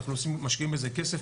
אנחנו משקיעים בזה כסף,